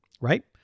right